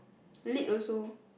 late also